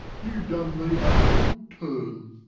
you done me a hill turn.